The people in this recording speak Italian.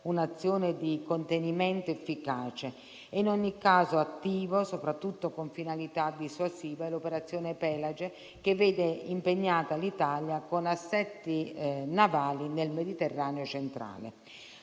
un'azione di contenimento efficace. È in ogni caso attivo, soprattutto con finalità dissuasiva, l'operazione Pelagie che vede impegnata l'Italia con assetti navali nel Mediterraneo centrale.